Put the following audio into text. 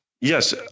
Yes